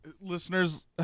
Listeners